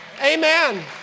Amen